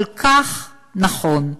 כל כך נכון.